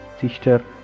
sister